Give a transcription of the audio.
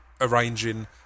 arranging